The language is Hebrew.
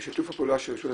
שיתוף הפעולה של רשות התקשוב,